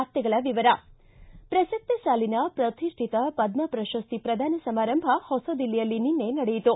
ವಾರ್ತೆಗಳ ವಿವರ ಪ್ರಸಕ್ತ ಸಾಲಿನ ಪ್ರತಿಷ್ಠಿತ ಪದ್ಮ ಪ್ರಶಸ್ತಿ ಪ್ರದಾನ ಸಮಾರಂಭ ಹೊಸ ದಿಲ್ಲಿಯಲ್ಲಿ ನಿನ್ನೆ ನಡೆಯಿತು